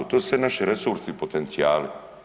To su sve naši resursi i potencijali.